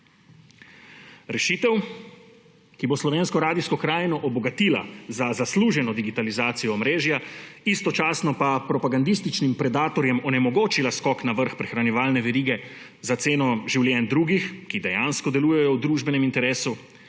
Rešitev, ki bo slovensko radijsko krajino obogatila za zasluženo digitalizacijo omrežja, istočasno pa propagandističnim predatorjem onemogočila skok na vrh prehranjevalne verige za ceno življenj drugih, ki dejansko delujejo v družbenem interesu,